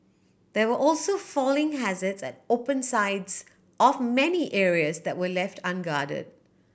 there were also falling hazards at open sides of many areas that were left unguarded